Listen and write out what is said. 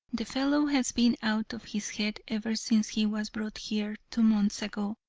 the fellow has been out of his head ever since he was brought here, two months ago,